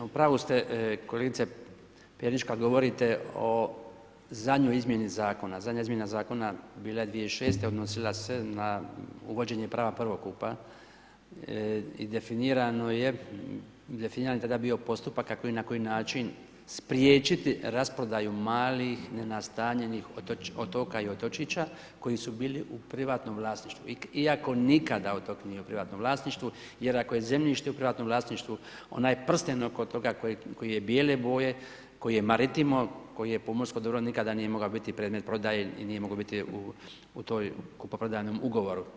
U pravu ste kolegice Perić kad govorite o zadnjoj izmjeni zakona, zadnja izmjena zakona bila je 2006. odnosila se na uvođenje prava prvokupa i definiran je tada bio postupak kako i na koji način spriječiti rasprodaju malih nenastanjenih otoka i otočića koji su bili u privatnom vlasništvu, iako nikada otok nije u privatnom vlasništvu jer ako je zemljište u privatnom vlasništvu, onaj prsten oko toga koji je bijele boje, koji je pomorsko dobro nikada nije mogao biti predmet prodaje i nije mogao biti u toj kupoprodajnom ugovoru.